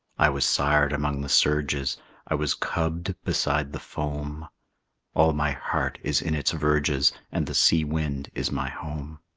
i was sired among the surges i was cubbed beside the foam all my heart is in its verges, and the sea wind is my home.